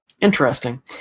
interesting